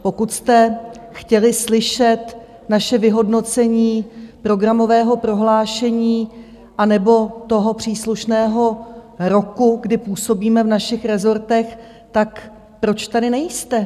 Pokud jste chtěli slyšet naše vyhodnocení programového prohlášení anebo toho příslušného roku, kdy působíme v našich rezortech, tak proč tady nejste?